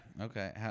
Okay